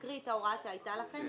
תקריא את ההוראה שהייתה לכם.